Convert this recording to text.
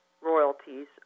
royalties